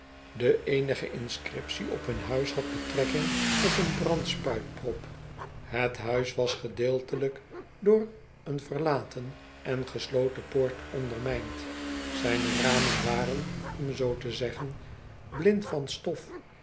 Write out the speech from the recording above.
de eenige inscriptie op hun huis had betrekking op een brandspuitprop het huis was gedeeltelijk door een verlaten en gesloten poort ondermijnd zijne ramen waren om zoo te zeggen blind van stof